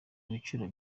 ibiciro